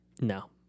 No